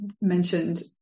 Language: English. mentioned